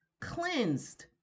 cleansed